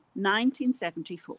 1974